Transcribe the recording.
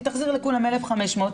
היא תחזיר לכולם 1,500,